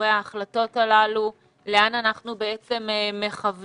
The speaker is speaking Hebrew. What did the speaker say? מאחורי ההחלטות הללו, לאן אנחנו מכוונים.